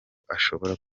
ashobora